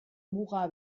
muga